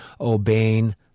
obeying